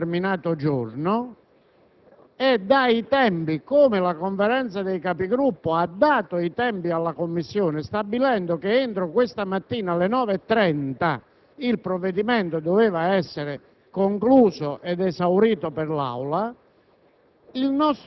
il nostro Regolamento non contempla tale possibilità. La Conferenza dei Capigruppo aveva stabilito che un dato argomento doveva essere discusso un determinato giorno